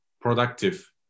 productive